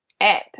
app